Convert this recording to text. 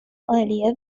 earlier